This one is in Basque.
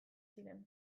ziren